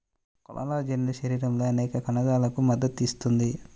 collagen శరీరంలోని అనేక కణజాలాలకు మద్దతు ఇస్తుంది